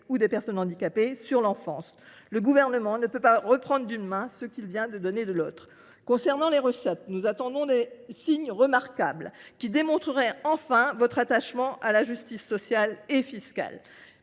des personnes âgées ou handicapées, sur l’enfance… Le Gouvernement ne peut pas reprendre d’une main ce qu’il vient de donner de l’autre. Concernant les recettes, nous attendons des signes remarquables, qui démontreraient enfin votre attachement à la justice sociale et fiscale,